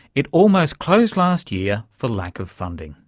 it almost closed last year for lack of funding